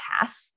path